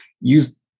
use